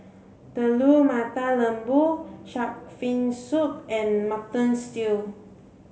Telur Mata Lembu shark fin soup and mutton stew